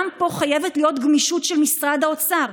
וגם פה חייבת להיות גמישות של משרד האוצר.